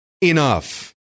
enough